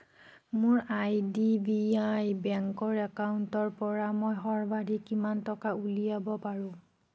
মোৰ আইডিবিআই বেংকৰ একাউণ্টৰ পৰা মই সৰ্বাধিক কিমান টকা উলিয়াব পাৰোঁ